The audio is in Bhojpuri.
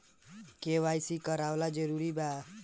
के.वाइ.सी करवावल जरूरी बा?